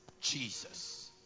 jesus